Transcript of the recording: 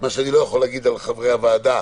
מה שאני לא יכול להגיד על חברי הוועדה,